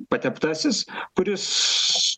pateptasis kuris